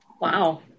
wow